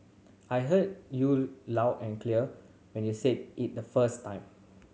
I heard you loud and clear when you said it the first time